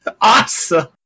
Awesome